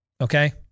Okay